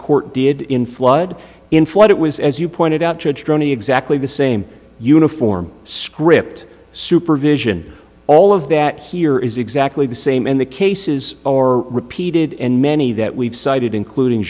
court did in flood in flood it was as you pointed out judge tony exactly the same uniform script supervision all of that here is exactly the same and the cases are repeated in many that we've cited including